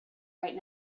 right